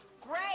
great